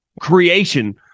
creation